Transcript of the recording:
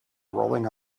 rolling